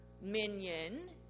minion